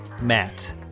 matt